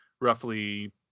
roughly